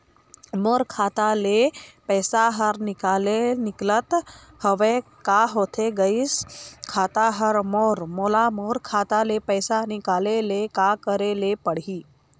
मोर खाता ले पैसा हर निकाले निकलत हवे, का होथे गइस खाता हर मोर, मोला मोर खाता ले पैसा निकाले ले का करे ले पड़ही?